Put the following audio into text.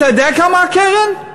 אתה יודע כמה הקרן?